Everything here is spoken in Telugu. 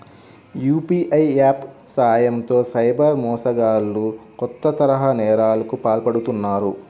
యూ.పీ.ఐ యాప్స్ సాయంతో సైబర్ మోసగాళ్లు కొత్త తరహా నేరాలకు పాల్పడుతున్నారు